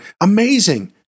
Amazing